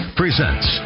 presents